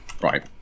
right